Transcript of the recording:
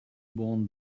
born